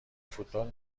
فوتبال